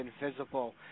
Invisible